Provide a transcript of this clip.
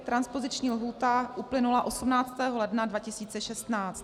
Transpoziční lhůta uplynula 18. ledna 2016.